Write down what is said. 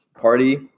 party